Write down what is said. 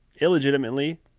illegitimately